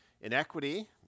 inequity